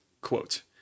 quote